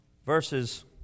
Verses